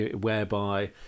whereby